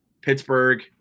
Pittsburgh